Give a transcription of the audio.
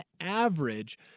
average